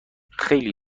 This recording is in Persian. خیلی